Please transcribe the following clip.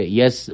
yes